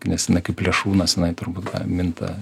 nes jinai kaip plėšrūnas jinai turbūt minta